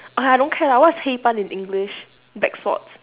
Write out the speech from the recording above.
ah don't care lah what's 黑斑 in english black spots